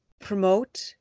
promote